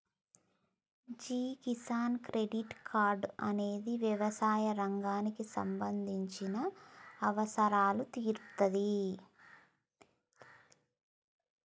గీ Kisan credit card అనేది యవసాయ రంగానికి సంబంధించిన అవసరాలు తీరుత్తాది